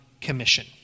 commission